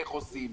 איך עושים,